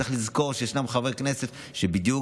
יש לזכור שישנם חברי כנסת שבדיוק